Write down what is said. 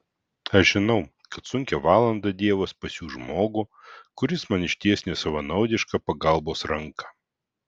aš žinau kad sunkią valandą dievas pasiųs žmogų kuris man išties nesavanaudišką pagalbos ranką